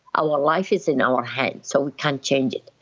our life is in our hands, so we can change it,